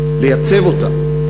לייצב אותה,